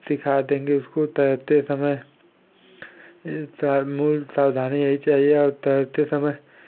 सिखा देंगे उसको तैरते समय इ सार मूल सावधानी यही चाहिए और तैरते समय